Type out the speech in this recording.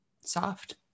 soft